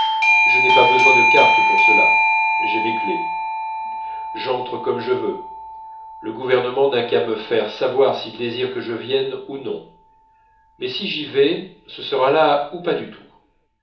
je n'ai pas besoin de carte pour cela j'ai mes clefs j'entre comme je veux le gouvernement n'a qu'à me faire savoir s'il désire que je vienne ou non mais si j'y vais ce sera là ou pas du tout